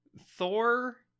thor